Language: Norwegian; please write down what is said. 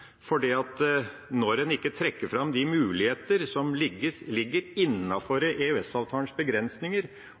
Når en ikke trekker fram de muligheter som ligger innenfor EØS-avtalens begrensninger,